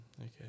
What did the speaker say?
Okay